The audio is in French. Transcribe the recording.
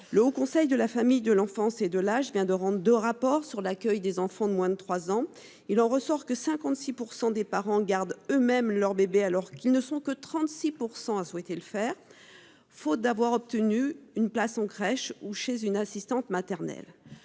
Le Haut Conseil de la famille, de l'enfance et de l'âge vient de rendre deux rapports sur l'accueil des enfants de moins de trois ans. Il en ressort que 56 % des parents gardent eux-mêmes leur bébé, faute d'avoir obtenu une place en crèche ou chez une assistante maternelle,